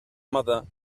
mother